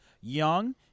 young